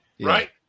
Right